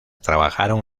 trabajaron